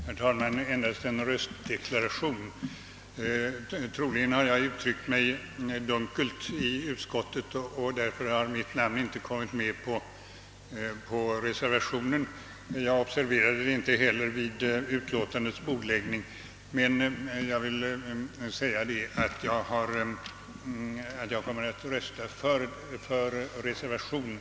Herr talman! Jag vill endast göra en röstdeklaration. Troligen har jag uttryckt mig dunkelt i utskottet med påföljd att mitt namn inte kommit med på reservationen. Jag observerade inte heller förhållandet vid utlåtandets bordläggning men vill härmed framhålla, att jag kommer att rösta för reservationen.